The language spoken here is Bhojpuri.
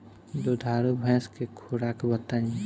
दुधारू भैंस के खुराक बताई?